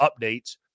updates